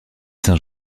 saint